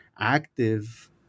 active